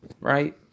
Right